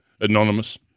Anonymous